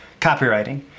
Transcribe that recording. copywriting